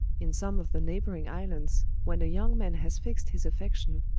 in some of the neighboring islands, when a young man has fixed his affection,